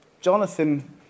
Jonathan